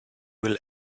will